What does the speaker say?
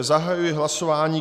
Zahajuji hlasování.